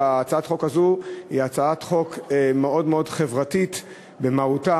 שכן הצעת החוק הזאת היא הצעת חוק מאוד מאוד חברתית במהותה.